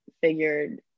figured